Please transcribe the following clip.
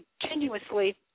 continuously